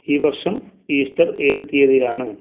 ഈ വർഷം ഈസ്റ്റർ ഏത് തീയതിയിലാണ്